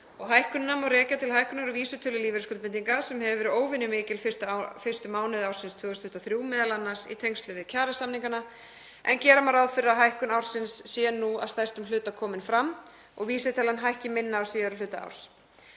Hækkunina má rekja til hækkunar á vísitölu lífeyrisskuldbindinga sem hefur verið óvenjumikil fyrstu mánuði ársins 2023, m.a. í tengslum við kjarasamninga, en gera má ráð fyrir að hækkun ársins sé nú að stærstum hluta komin fram og vísitalan hækki minna á síðari hluta árs.